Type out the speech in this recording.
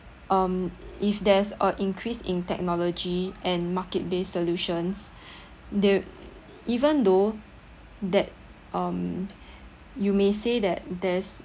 um if there's a increase in technology and market-based solutions they'd even though that um you may say that there's